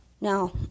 Now